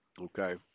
Okay